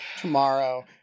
tomorrow